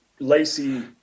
Lacey